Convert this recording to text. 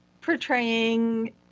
portraying